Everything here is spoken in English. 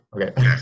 Okay